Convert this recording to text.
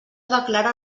declara